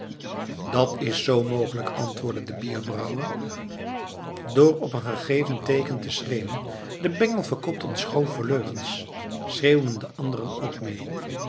dat is z mogelijk antwoordde de bierbrouwer door op een gegeven teeken te schreeuwen de bengel verkoopt ons grove leugens schreeuwden de anderen ook mee